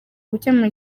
gukemura